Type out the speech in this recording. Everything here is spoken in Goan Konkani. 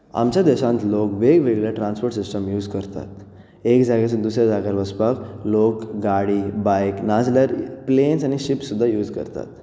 आमच्या देशांत लोक वेगवेगळे ट्रांसपोर्ट सिस्टम यूज करतात एका जाग्यार सावन दुसऱ्या जाग्यार वचपाक लोग गाडी बायक ना जाल्यार प्लेन शीप सुद्दा यूज करतात